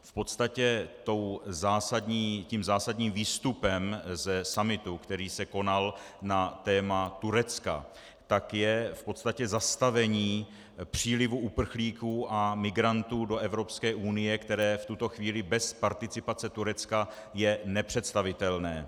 V podstatě tím zásadním výstupem ze summitu, který se konal na téma Turecka, je v podstatě zastavení přílivu uprchlíků a migrantů do Evropské unie, které v tuto chvíli bez participace Turecka je nepředstavitelné.